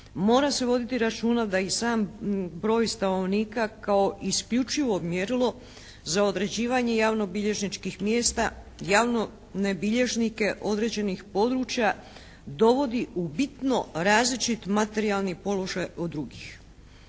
mora se voditi računa da i sam broj stanovnika kao isključivo mjerilo za određivanje javno-bilježničkih mjesta javne bilježnike određenih područja dovodi u bitno različit materijalni položaj od drugih.